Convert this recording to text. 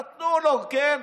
נתנו לו, כן.